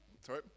Sorry